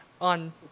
on